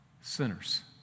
sinners